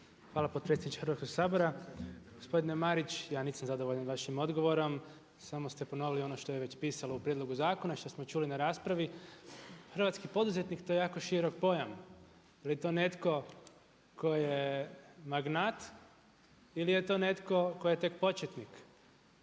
Hvala potpresjedniče Hrvatskog sabora. Gospodine Marić ja nisam zadovoljan vašim odgovorom, samo ste ponovili ono što je već pisalo u prijedlogu zakona, što smo čuli na raspravi. Hrvatski poduzetni, to je jako širok pojam. Da li je to netko tko je magnat ili je to netko tko je tek početnik?